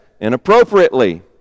inappropriately